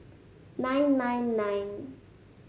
nine nine nine